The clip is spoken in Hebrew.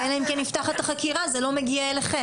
ואלא אם כן נפתחת חקירה, זה לא מגיע אליכם.